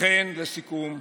לכן, לסיכום,